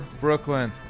Brooklyn